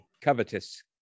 Covetous